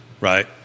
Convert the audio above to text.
right